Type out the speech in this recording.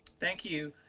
thank you,